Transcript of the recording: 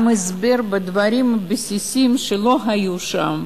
גם הסבר של דברים בסיסיים שלא היו שם,